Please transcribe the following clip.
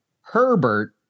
Herbert